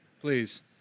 Please